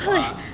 !wah!